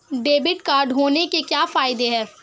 Debit card होने के क्या फायदे हैं?